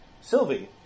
Sylvie